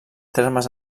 termes